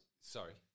Sorry